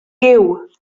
giw